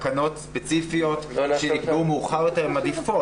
תקנות ספציפיות שנקבעו מאוחר יותר הן עדיפות.